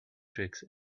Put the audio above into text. tricks